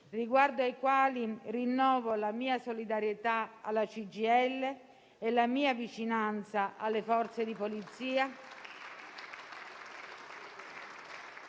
riguardo ai quali rinnovo la mia solidarietà alla CGIL e la mia vicinanza alle Forze di polizia